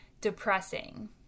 depressing